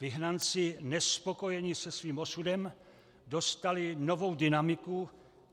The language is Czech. Vyhnanci nespokojení se svým osudem dostali novou dynamiku